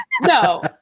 No